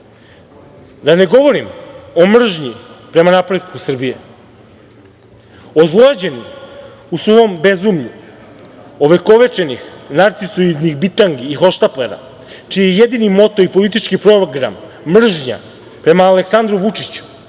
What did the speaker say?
da govorim o mržnji prema napretku Srbije. Ozlojeđeni u svom bezumlju, ovekovečenih narcisoidnih bitangi i hohšatplera čiji je jedini moto i politički program mržnja prema Aleksandru Vučiću,